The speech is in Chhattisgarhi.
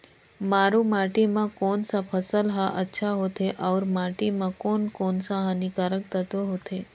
मारू माटी मां कोन सा फसल ह अच्छा होथे अउर माटी म कोन कोन स हानिकारक तत्व होथे?